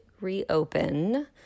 reopen